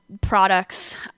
products